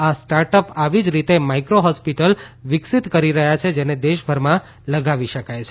આ સ્ટાર્ટઅપ આવી જ રીતે માઇક્રો હોસ્પીટલ વિકસીત કરી રહ્યાં છે જેને દેશભરમાં લગાવી શકાય છે